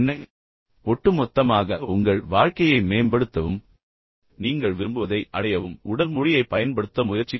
எனவே ஒட்டுமொத்தமாக உங்கள் வாழ்க்கையை மேம்படுத்தவும் நீங்கள் விரும்புவதை அடையவும் உடல் மொழியைப் பயன்படுத்த முயற்சிக்கவும்